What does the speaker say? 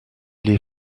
les